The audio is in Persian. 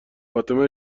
فاطمه